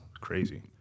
crazy